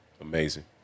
Amazing